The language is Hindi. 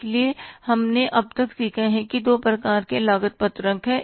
इसलिए हमने अब तक सीखा है कि दो प्रकार की लागत पत्रक हैं